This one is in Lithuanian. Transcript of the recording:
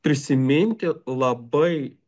prisiminti labai